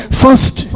first